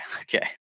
okay